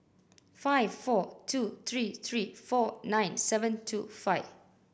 five four two three three four nine seven two five